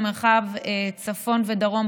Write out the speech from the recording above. מכרז למרחב צפון ודרום,